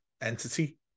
entity